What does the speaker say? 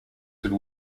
would